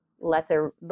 lesser